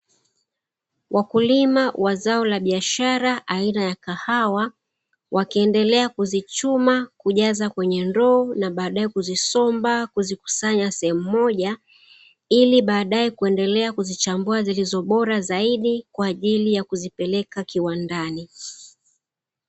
Wakulima wa zao la biashara aina ya kahawa wakiendelea kuzichuma, kujaza kwenye ndoo na baadae kuzisomba kuzikusanya sehemu moja, ili baadae kuendelea kuzichambua zilizobora zaidi kwa ajili ya kuzipeleka kiwandani.